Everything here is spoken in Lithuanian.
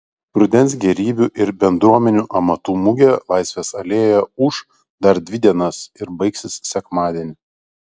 rudens gėrybių ir bendruomenių amatų mugė laisvės alėjoje ūš dar dvi dienas ir baigsis sekmadienį